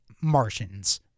Martians